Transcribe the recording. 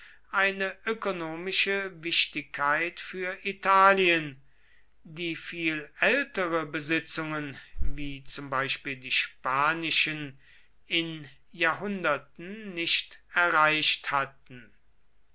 eine ökonomische wichtigkeit für italien die viel ältere besitzungen wie zum beispiel die spanischen in jahrhunderten nicht erreicht hatten